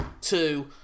two